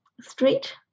street